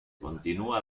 continua